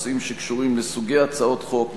נושאים שקשורים לסוגי הצעות החוק,